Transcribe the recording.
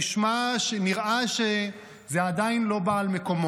נראה שזה עדיין לא בא על מקומו,